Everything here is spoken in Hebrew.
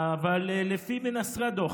לפי מנסחי הדוח,